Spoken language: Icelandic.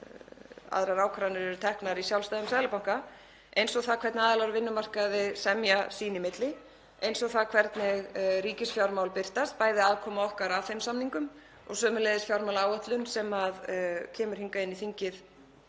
aðrar ákvarðanir eru teknar í sjálfstæðum seðlabanka — eins og það hvernig aðilar á vinnumarkaði semja sín í milli, eins og það hvernig ríkisfjármálin birtast, bæði aðkoma okkar að þeim samningum og sömuleiðis fjármálaáætlun sem kemur hingað inn í þingið